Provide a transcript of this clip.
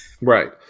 Right